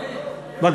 לא,